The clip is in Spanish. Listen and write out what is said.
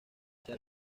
hacia